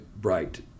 bright